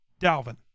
Dalvin